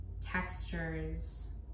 textures